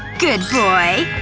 good boy.